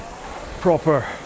proper